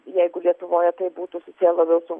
jeigu lietuvoje tai būtų susiję labiau su